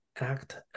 act